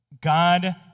God